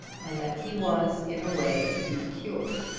and that he was in a way to be cured.